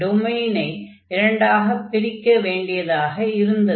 டொமைனை இரண்டாகப் பிரிக்க வேண்டியதாக இருந்தது